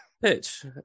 pitch